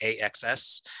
AXS